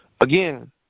again